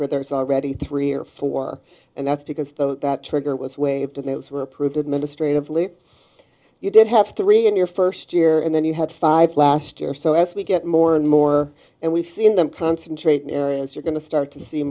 where there's already three or four and that's because though that trigger was waived and those were approved administratively you did have three in your first year and then you had five last year so as we get more and more and we've seen them concentrate in areas you're going to start to see